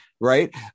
right